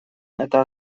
это